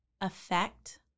affect